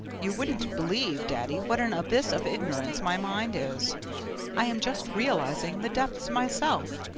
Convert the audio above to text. you wouldn't believe, daddy, what an abyss of ignorance my mind is i am just realizing the depths myself.